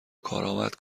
کارآمد